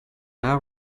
now